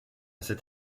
cet